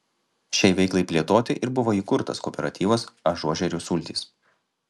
šiai veiklai plėtoti ir buvo įkurtas kooperatyvas ažuožerių sultys